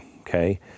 okay